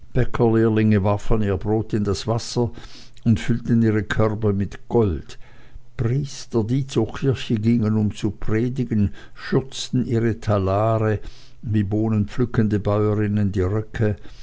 ihr brot in das wasser und füllten ihre körbe mit gold priester die zur kirche gingen um zu predigen schürzten ihre talare wie bohnenpflückende bäuerinnen die röcke